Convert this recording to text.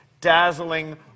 dazzling